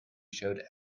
showed